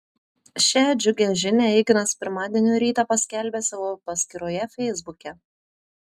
šią džiugią žinią ignas pirmadienio rytą paskelbė savo paskyroje feisbuke